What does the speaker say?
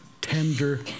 tender